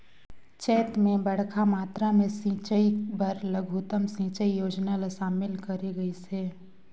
चैत मे बड़खा मातरा मे सिंचई बर लघुतम सिंचई योजना ल शामिल करे गइस हे